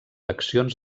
accions